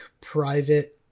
private